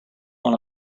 want